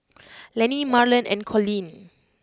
Lanny Marlen and Colleen